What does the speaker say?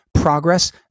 Progress